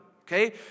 okay